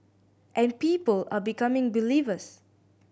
and people are becoming believers